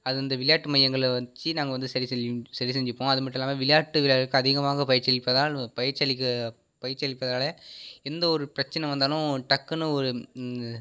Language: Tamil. அது இந்த விளையாட்டு மையங்களில் வச்சு நாங்கள் வந்து சரி செய்வோம் சரி செஞ்சுப்போம் அது மட்டும் இல்லாமல் விளையாட்டு வீரர்களுக்கு அதிகமாக பயிற்சி அளிப்பதால் பயிற்சி அளிக்க பயிற்சி அளிப்பதால் எந்த ஒரு பிரச்சனை வந்தாலும் டக்குன்னு ஒரு